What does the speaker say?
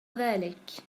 ذلك